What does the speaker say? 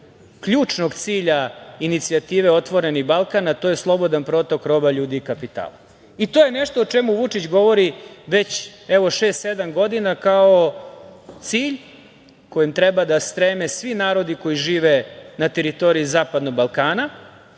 ključnog cilja inicijative „Otvoreni Balkan“, a to je slobodan protok roba, ljudi i kapitala. To je nešto o čemu Vučić govori već, evo šest, sedam godina kao cilj kojim treba da streme svi narodi koji žive na teritoriji Zapadnog Balkana,